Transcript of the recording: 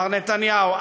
מר נתניהו,